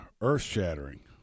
earth-shattering